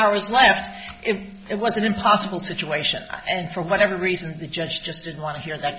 hours left if it was an impossible situation and for whatever reason the judge just didn't want to hear that